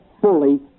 fully